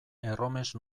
erromes